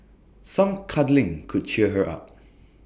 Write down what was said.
some cuddling could cheer her up